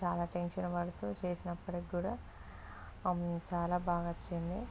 చాలా టెన్షన్ పడుతు చేసినప్పటికి కూడా అది చాలా బాగా వచ్చింది